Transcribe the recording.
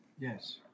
Yes